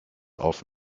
auf